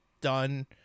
done